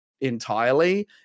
entirely